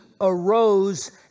arose